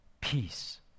peace